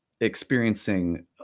experiencing